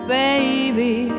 baby